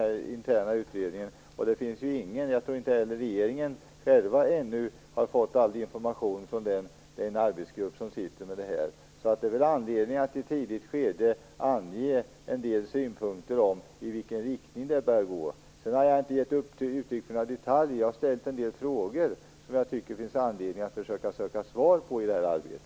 Jag tror inte ens att regeringen själv ännu har fått all information från den arbetsgrupp som sitter med det här, och det finns väl anledning att i ett tidigt skede ange en del synpunkter om i vilken riktning det bör gå. Jag har vidare inte givit uttryck för några detaljuppfattningar. Jag har ställt en del frågor som jag tycker att det i det här arbetet finns anledning att söka svar på.